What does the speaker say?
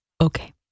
Okay